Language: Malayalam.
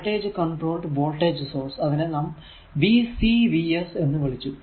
വോൾടേജ് കൺട്രോൾഡ് വോൾടേജ് സോഴ്സ് അതിനെ നാം VCVS എന്ന് വിളിച്ചു